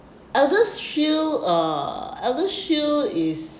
ElderShield uh ElderShield is